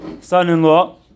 son-in-law